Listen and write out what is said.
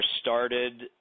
started